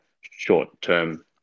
short-term